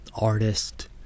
artist